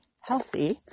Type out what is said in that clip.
healthy